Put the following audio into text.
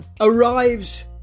arrives